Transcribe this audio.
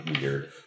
weird